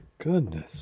goodness